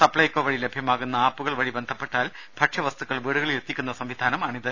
സപ്ലൈകോ വഴി ലഭ്യമാകുന്ന ആപ്പുകൾ വഴി ബന്ധപ്പെട്ടാൽ ഭക്ഷ്യ വസ്തുക്കൾ വീടുകളിൽ എത്തിക്കുന്ന സംവിധാനമാണിത്